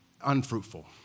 unfruitful